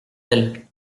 elle